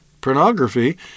pornography